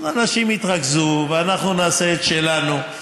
אנשים יתרגזו ואנחנו נעשה את שלנו.